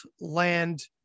land